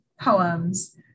poems